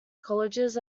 colleges